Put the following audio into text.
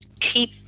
keep